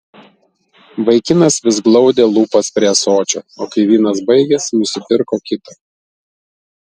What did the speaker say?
vaikinas vis glaudė lūpas prie ąsočio o kai vynas baigėsi nusipirko kitą